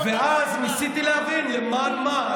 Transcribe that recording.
ואז ניסיתי להבין למען מה.